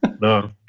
no